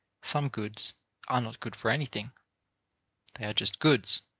some goods are not good for anything they are just goods.